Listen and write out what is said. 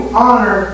honor